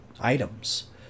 items